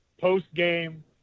post-game